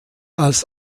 als